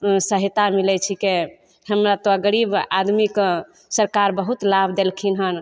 ओइमे सहायता मिलय छिकै हमरा सब गरीब आदमीके सरकार बहुत लाभ देलखिन हन